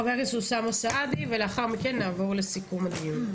חבר הכנסת אוסאמה סעדי ולאחר מכן נעבור לסיכום הדיון.